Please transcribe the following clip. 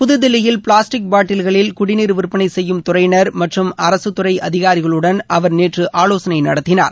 புதுதில்லியில் பிளாஸ்டிக் பாட்டீல்களில் குடிநீர் விற்பனை செய்யும் துறையினர் மற்றும் அரகத்துறை அதிகாரிகளுடன் அவர் நேற்று ஆலோசனை நடத்தினார்